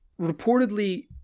reportedly